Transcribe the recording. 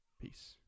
Peace